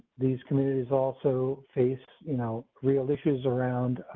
these committees also faced you know real issues around.